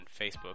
Facebook